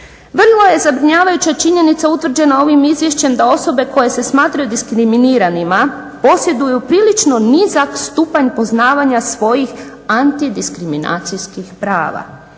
Vrlo je zabrinjavajuća činjenica utvrđena ovim izvješćem da osobe koje se smatraju diskriminiranima posjeduju prilično nizak stupanja poznavanja svojih anti diskriminacijskih prava.